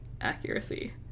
Accuracy